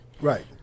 Right